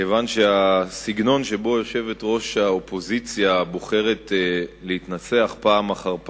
כיוון שהסגנון שבו יושבת-ראש האופוזיציה בוחרת להתנסח פעם אחר פעם,